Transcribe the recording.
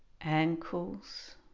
Ankles